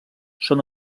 són